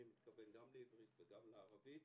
גם בעברית וגם בערבית